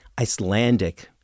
Icelandic